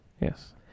yes